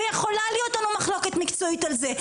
ויכולה להיות לנו מחלוקת מקצועית על זה.